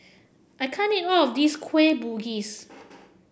I can't eat it of this Kueh Bugis